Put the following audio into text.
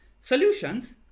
solutions